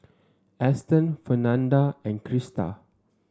Eston Fernanda and Christa